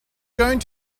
going